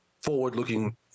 forward-looking